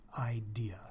idea